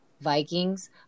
Vikings